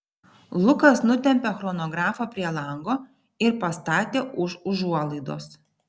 lukas nutempė chronografą prie lango ir pastatė už užuolaidos